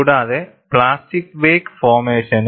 കൂടാതെ plastic wake ഫോർമേഷനും